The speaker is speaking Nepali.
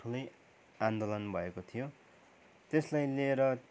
ठुलै आन्दोलन भएको थियो त्यसलाई लिएर